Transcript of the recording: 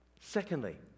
Secondly